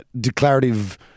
declarative